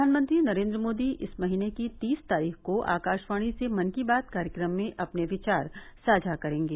प्रधानमंत्री नरेन्द्र मोदी इस महीने की तीस तारीख को आकाशवाणी से मन की बात कार्यक्रम में अपने विचार साझा करेंगे